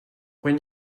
when